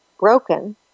broken